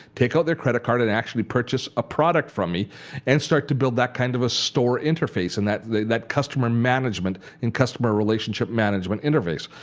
take out their credit card and actually purchase a product from me and start to build that kind of a store interface and that that customer management and customer relationship management interface.